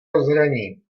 rozhraní